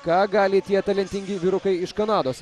ką gali tie talentingi vyrukai iš kanados